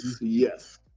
yes